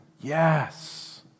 Yes